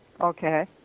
Okay